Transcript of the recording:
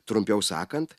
trumpiau sakant